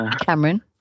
Cameron